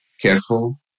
careful